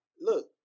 look